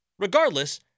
Regardless